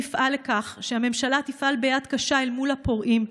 נפעל לכך שהממשלה תפעל ביד קשה אל מול הפורעים,